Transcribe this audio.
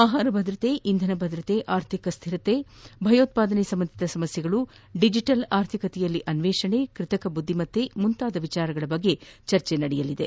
ಆಹಾರ ಭದ್ರತೆ ಇಂಧನ ಭದ್ರತೆ ಆರ್ಥಿಕ ಸ್ಟಿರತೆ ಭಯೋತ್ವಾದನೆ ಸಂಬಂಧಿತ ಸಮಸ್ಟೆಗಳು ಡಿಜಿಟಲ್ ಆರ್ಥಿಕತೆಯಲ್ಲಿ ಅನ್ವೇಷಣೆ ಕೃತಕ ಬುದ್ದಿಮತ್ತೆ ಮುಂತಾದ ವಿಷಯಗಳ ಬಗ್ಗೆ ಚರ್ಚಿ ನಡೆಯಲಿದೆ